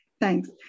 thanks